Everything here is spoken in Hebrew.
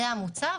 זהו המוצר,